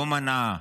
לא מנעה,